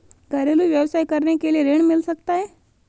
घरेलू व्यवसाय करने के लिए ऋण मिल सकता है?